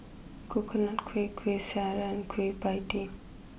Coconut Kuih Kuih Syara Kueh Pie Tee